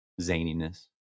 zaniness